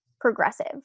progressive